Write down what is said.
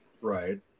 Right